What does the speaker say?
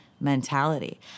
mentality